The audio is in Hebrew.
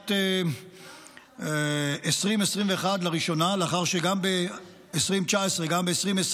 בשנת 2021, לראשונה, לאחר שגם ב-2019, גם ב-2020,